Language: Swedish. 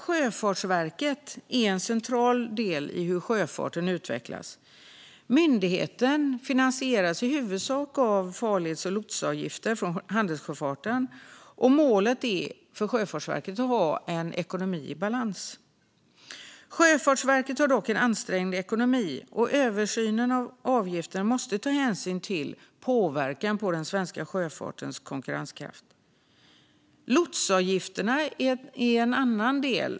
Sjöfartsverket är en central del i hur sjöfarten utvecklas. Myndigheten finansieras i huvudsak av farleds och lotsavgifter från handelssjöfarten, och målet för Sjöfartsverket är att ha en ekonomi i balans. Sjöfartsverket har dock en ansträngd ekonomi, och i översynen av avgifterna måste man ta hänsyn till påverkan på den svenska sjöfartens konkurrenskraft. Lotsavgifterna är en annan del.